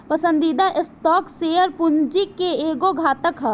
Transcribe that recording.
पसंदीदा stock share पूंजी के एगो घटक ह